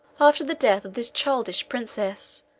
after the death of this childish princess,